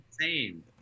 Insane